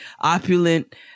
opulent